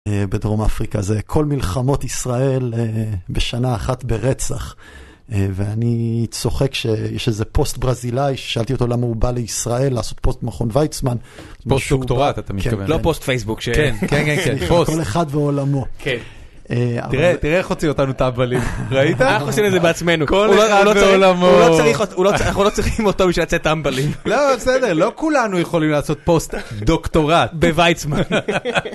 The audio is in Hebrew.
בדרום אפריקה, זה כל מלחמות ישראל בשנה אחת ברצח. ואני צוחק שיש איזה פוסט ברזילאי, שאלתי אותו למה הוא בא לישראל, לעשות פוסט במכון ויצמן. פוסט דוקטורט, אתה מתכוון. לא פוסט פייסבוק, כן, כן, כן, כן, פוסט. כל אחד ועולמו. כן. תראה איך הוציאו אותנו טמבלים, ראית? אנחנו עושים את זה בעצמנו, כל אחד ועולמו. הוא לא צריך, אנחנו לא צריכים אותו בשביל לצאת טמבלים. לא, בסדר, לא כולנו יכולים לעשות פוסט דוקטורט בויצמן.